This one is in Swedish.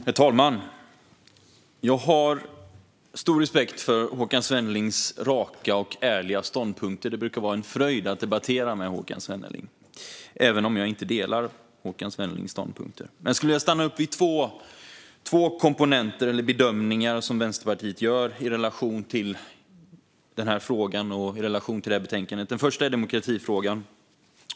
Herr talman! Jag har stor respekt för Håkan Svennelings raka och ärliga ståndpunkter. Det brukar vara en fröjd att debattera med Håkan Svenneling, även om jag inte delar Håkan Svennelings ståndpunkter. Jag vill stanna upp vid två komponenter, eller bedömningar som Vänsterpartiet gör, i relation till den här frågan och det här betänkandet. Det första är demokratifrågan.